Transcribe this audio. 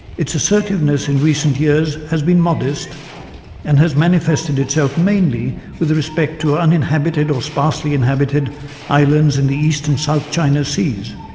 its assertiveness in recent years has been modest and has manifested itself mainly with respect to uninhabited or sparsely inhabited islands in the east and south china seas,